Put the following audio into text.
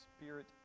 spirit